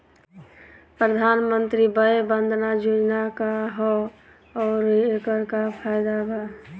प्रधानमंत्री वय वन्दना योजना का ह आउर एकर का फायदा बा?